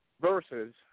versus